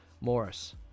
Morris